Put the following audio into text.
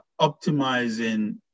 optimizing